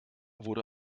wurde